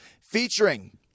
featuring